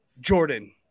Jordan